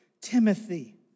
Timothy